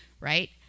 right